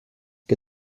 que